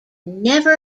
never